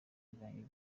yagiranye